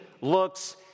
looks